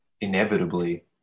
inevitably